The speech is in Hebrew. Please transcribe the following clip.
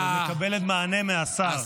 את מקבלת מענה מהשר.